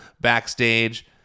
backstage